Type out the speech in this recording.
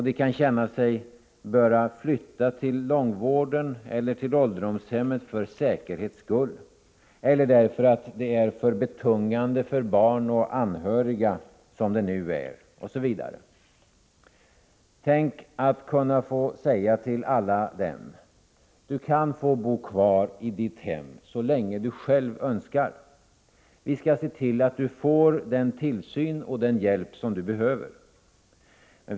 De kan känna sig böra flytta till långvården eller till ålderdomshemmet för säkerhets skull, därför att det är betungande för barn och anhöriga som det är nu, osv. Tänk att kunna få säga till alla dem: Du kan få bo kvar i ditt hem så länge du själv önskar. Vi skall se till att du får den tillsyn och den hjälp som du behöver.